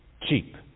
cheap